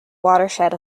watershed